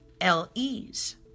LEs